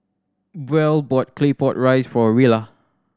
Buel bought Claypot Rice for Rilla